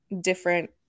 different